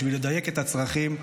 בשביל לדייק את הצרכים,